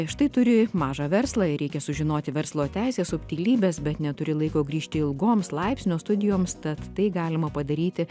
štai turi mažą verslą ir reikia sužinoti verslo teisės subtilybes bet neturi laiko grįžti ilgoms laipsnio studijoms tad tai galima padaryti